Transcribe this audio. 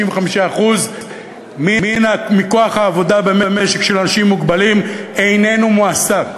55% מכוח העבודה של אנשים מוגבלים איננו מועסק במשק.